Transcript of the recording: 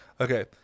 Okay